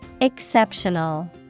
Exceptional